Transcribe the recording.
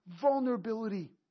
vulnerability